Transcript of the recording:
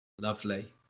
Lovely